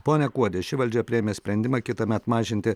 pone kuodi ši valdžia priėmė sprendimą kitąmet mažinti